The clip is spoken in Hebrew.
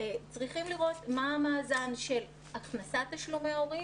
צריכים לראות מה המאזן של הכנסת תשלומי הורים,